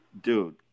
dude